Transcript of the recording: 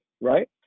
right